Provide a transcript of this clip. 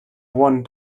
one